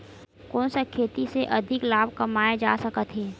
कोन सा खेती से अधिक लाभ कमाय जा सकत हे?